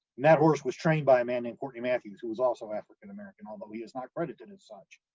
that horse was trained by a man named courtney matthews who was also african american, although he is not credited as such,